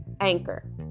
anchor